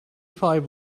five